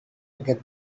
get